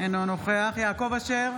אינו נוכח יעקב אשר,